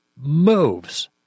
moves